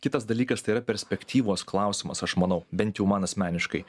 kitas dalykas tai yra perspektyvos klausimas aš manau bent jau man asmeniškai